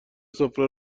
سفره